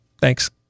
thanks